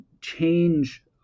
change